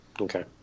Okay